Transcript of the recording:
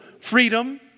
freedom